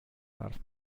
darf